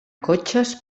cotxes